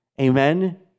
Amen